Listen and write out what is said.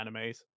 animes